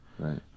Right